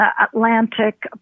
Atlantic